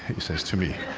he says to me,